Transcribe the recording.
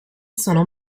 sono